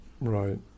right